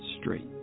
straight